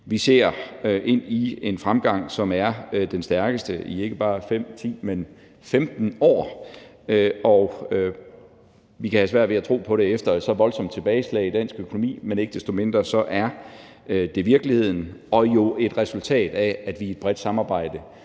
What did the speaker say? Vi ser ind i en fremgang, som er den stærkeste i ikke bare 5 år, 10 år, men 15 år, og vi kan have svært ved at tro på det efter et så voldsomt tilbageslag i dansk økonomi, men ikke desto mindre er det virkeligheden og jo et resultat af, at vi i et bredt samarbejde